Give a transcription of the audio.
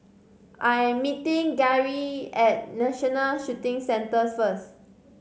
I'm meeting Garey at National Shooting Centre first